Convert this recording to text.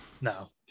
no